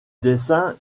dessin